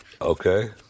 Okay